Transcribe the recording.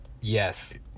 Yes